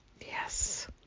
yes